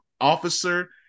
officer